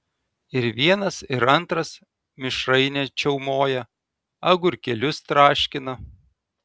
ir vienas ir antras mišrainę čiaumoja agurkėlius traškina